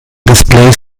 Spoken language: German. displays